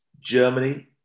Germany